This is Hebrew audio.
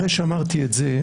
אחרי שאמרתי את זה,